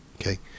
Okay